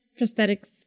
prosthetics